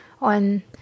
on